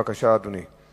בבקשה, אדוני.